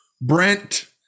brent